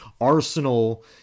Arsenal